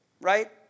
Right